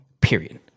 Period